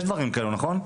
יש דברים כאלה, נכון?